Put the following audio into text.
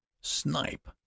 Snipe